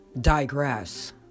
digress